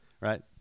Right